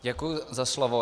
Děkuji za slovo.